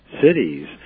cities